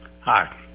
Hi